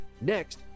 Next